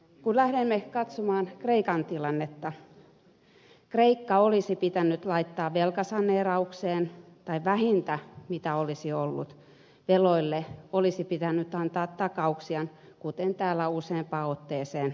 kun lähdemme katsomaan kreikan tilannetta kreikka olisi pitänyt laittaa velkasaneeraukseen tai vähintä mitä olisi ollut veloille olisi pitänyt antaa takauksia kuten täällä useaan otteeseen on vaadittu